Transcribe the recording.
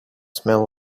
smell